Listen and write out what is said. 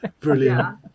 Brilliant